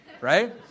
right